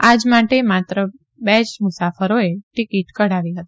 આજ માટે માત્ર બે જ મુસાફરોએ ટીકીટ કઢાવી હતી